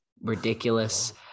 ridiculous